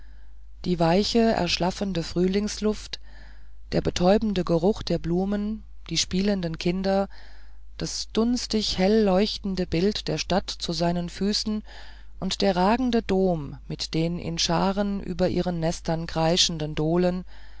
die weiche erschlaffende frühlingsluft der betäubende geruch der blumen die spielenden kinder das dunstig helleuchtende bild der stadt zu seinen füßen und der ragende dom mit den in scharen über ihren nestern kreischenden dohlen